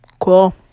Cool